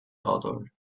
odor